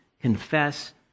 confess